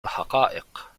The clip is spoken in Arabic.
الحقائق